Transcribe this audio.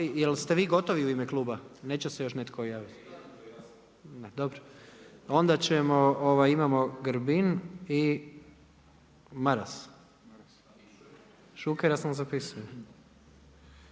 Jel ste vi gotovi u ime kluba? Neće se još netko javiti? Dobro. Onda imamo Grbin i Maras. Imamo 11 replika,